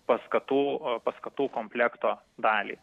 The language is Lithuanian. paskatų paskatų komplekto dalį